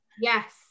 yes